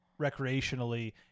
recreationally